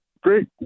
great